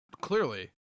Clearly